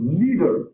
leader